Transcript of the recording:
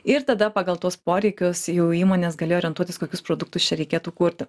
ir tada pagal tuos poreikius jau įmonės galėjo orientuotis kokius produktus čia reikėtų kurti